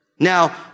Now